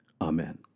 Amen